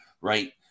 right